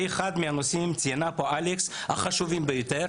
זה אחד מהנושאים החשובים ביותר.